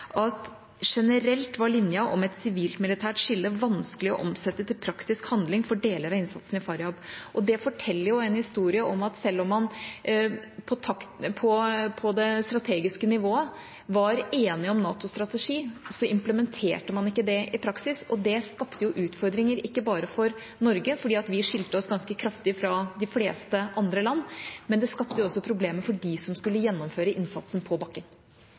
var linjen om et sivilmilitært skille vanskelig å omsette til praktisk handling for deler av innsatsen i Faryab.» Det forteller en historie om at selv om man på det strategiske nivået var enig om NATOs strategi, implementerte man ikke det i praksis. Det skapte utfordringer, ikke bare for Norge – fordi vi skilte oss ganske kraftig fra de fleste andre land – det skapte også problemer for dem som skulle gjennomføre innsatsen på bakken.